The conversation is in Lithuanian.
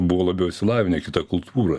buvo labiau išsilavinę kita kultūra